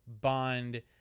Bond